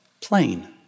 Plain